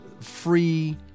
free